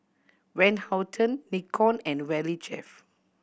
Van Houten Nikon and Valley Chef